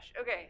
Okay